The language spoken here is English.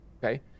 Okay